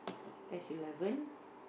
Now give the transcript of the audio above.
S-eleven